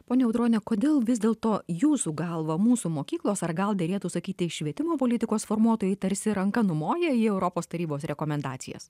ponia audrone kodėl vis dėlto jūsų galva mūsų mokyklos ar gal derėtų sakyti švietimo politikos formuotojai tarsi ranka numoja į europos tarybos rekomendacijas